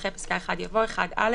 אחרי פסקה (1) יבוא: "(1א)